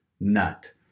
nut